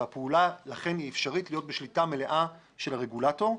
ולכן הפעולה אפשרית להיות בשליטה מלאה של הרגולטור.